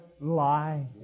lie